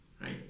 Right